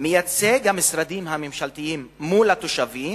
מייצגי המשרדים הממשלתיים מול התושבים,